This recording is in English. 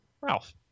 Ralph